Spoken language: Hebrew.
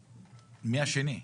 מי זה השני?